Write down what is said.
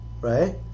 right